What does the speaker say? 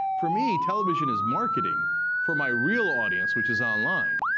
for me, television is marketing for my real audience, which is online.